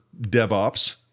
DevOps